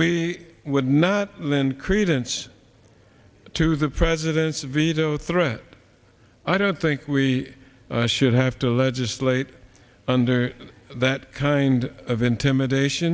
we would not lend credence to the president's veto threat i don't think we should have to legislate under that kind of intimidation